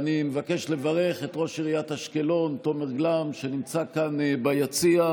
מאחר שאין עדיין